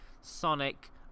Sonic